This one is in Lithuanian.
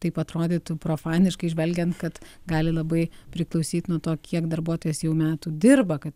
taip atrodytų profaniškai žvelgiant kad gali labai priklausyt nuo to kiek darbuotojas jau metų dirba kad